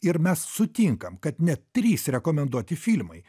ir mes sutinkam kad net trys rekomenduoti filmai